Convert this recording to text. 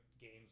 games